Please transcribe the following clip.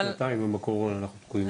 שנתיים עם הקורונה אנחנו תקועים עם זה.